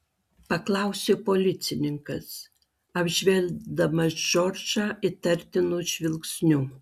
paklausė policininkas apžvelgdamas džordžą įtartinu žvilgsniu